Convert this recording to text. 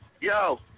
Yo